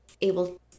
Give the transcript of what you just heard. able